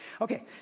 Okay